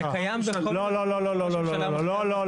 לא, לא, לא.